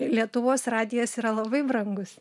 lietuvos radijas yra labai brangus